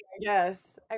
Yes